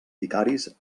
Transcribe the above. vicaris